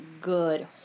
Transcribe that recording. good